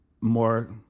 more